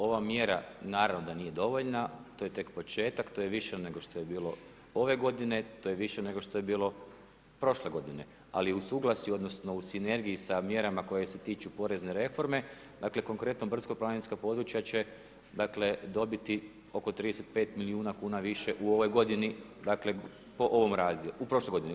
Ova mjera naravno da nije dovoljna, to je tek početak, to je više nego što je bilo ove godine, to je više nego što je bilo prošle godine, ali u sinergiji sa mjerama koje se tiču porezne reforme, dakle konkretno brdsko planinska područja će dobiti oko 35 milijuna kuna više u ovoj godini, dakle po ovom razdjelu, u prošloj godini.